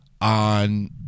on